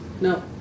No